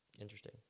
Interesting